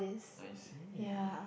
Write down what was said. I see